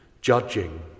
judging